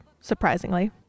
surprisingly